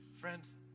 Friends